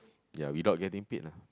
ya without getting paid lah